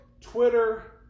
Twitter